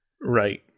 Right